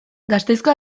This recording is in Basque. gasteizko